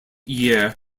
year